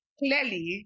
clearly